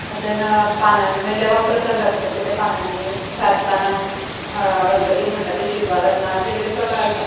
देन पानांनी मागीर देवाक प्रसाद दाखोवपाचें ते पानांनी सात पानां गणपतीक म्हणटात ते शीत वाडप ना अशें कितें तरी एक प्रकार आसा